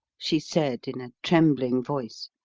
she said, in a trembling voice,